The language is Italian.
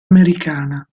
americana